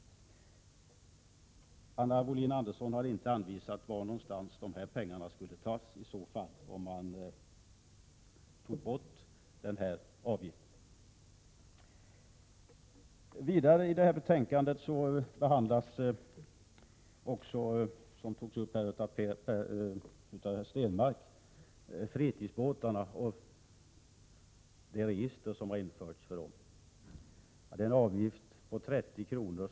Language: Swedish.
1987/88:110 Anna Wohlin-Andersson har inte redovisat varifrån dessa pengar skulle 28 april 1988 tas I detta betänkande behandlas vidare frågan om det register på fritidsbåtar =”” som införts. Det var Per Stenmarck som tog upp den saken. Det gäller en avgift på 30 kr.